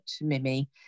Mimi